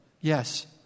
yes